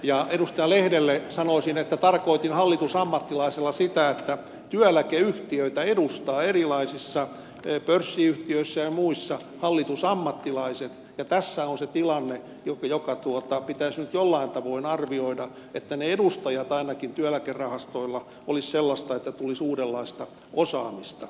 edustaja lehdelle sanoisin että tarkoitin hallitusammattilaisella sitä että työeläkeyhtiöitä edustavat erilaisissa pörssiyhtiöissä ja muissa hallitusammattilaiset ja tässä on se tilanne joka pitäisi nyt jollain tavoin arvioida että ne edustajat ainakin työeläkerahastoilla olisivat sellaisia että tulisi uudenlaista osaamista